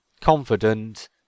confident